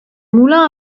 moulin